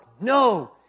No